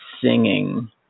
singing